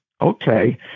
okay